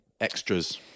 Extras